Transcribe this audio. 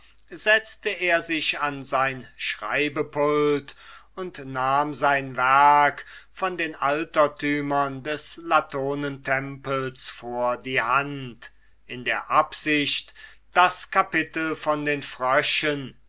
daß er sich hinsetzte und sein werk von den altertümern des latonentempels vor die hand nahm in der absicht das kapitel von den fröschen